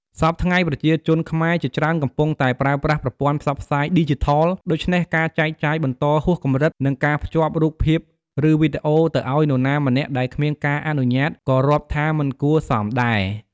សព្វថ្ងៃ ប្រជាជនខ្មែរជាច្រើនកំពុងតែប្រើប្រាស់ប្រព័ន្ធផ្សព្វផ្សាយឌីជីថល ដូច្នេះ ការចែកចាយបន្តហួសកម្រិត និងការភ្ជាប់រូបភាព ឬ វីដេអូទៅឱ្យនរណាម្នាក់ដែលគ្មានការអនុញ្ញាតិក៏រាប់ថាមិនគួរសមដែរ។